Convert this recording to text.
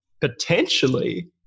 potentially